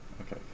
okay